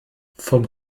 vom